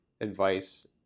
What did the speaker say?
advice